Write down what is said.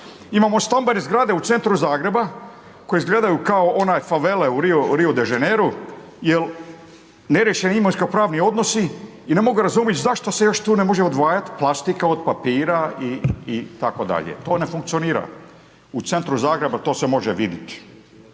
imamo stambene zgrade u centru Zagrebu koje izgledaju kao onaj favele u Rio de Jaineru jel neriješeni imovinsko pravni odnosi i ne mogu razumjet zašto se još tu ne može plastika od papira itd. To ne funkcionira u centru Zagreba, to se može vidit.